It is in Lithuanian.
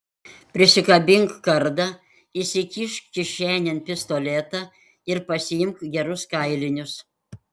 prisikabink kardą įsikišk kišenėn pistoletą ir pasiimk gerus kailinius